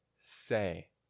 say